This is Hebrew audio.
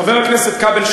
חבר הכנסת כבל,